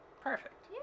perfect